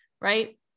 right